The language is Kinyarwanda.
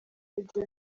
ibyo